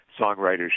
songwriter's